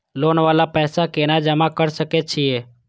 Loan वाला पैसा केना जमा कर सके छीये?